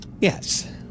Yes